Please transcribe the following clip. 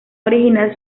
original